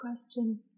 question